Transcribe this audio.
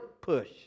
push